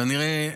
כנראה,